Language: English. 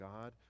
God